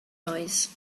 noise